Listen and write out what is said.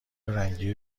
رنگی